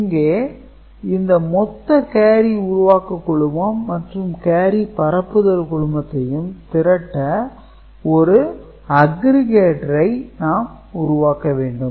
இங்கே இந்த மொத்த கேரி உருவாக்க குழுமம் மற்றும் கேரி பரப்புதல் குழுமத்தையும் திரட்ட ஒரு 'aggregator' ஐ நாம் உருவாக்க வேண்டும்